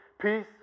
peace